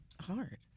hard